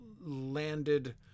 landed